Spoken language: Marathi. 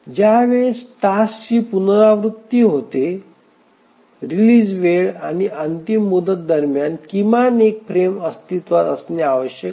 ज्या वेळेस टास्कची पुनरावृत्ती होते रीलिझ वेळ आणि अंतिम मुदत दरम्यान किमान एक फ्रेम अस्तित्वात असणे आवश्यक आहे